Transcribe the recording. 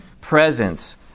presence